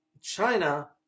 China